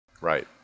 right